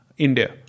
India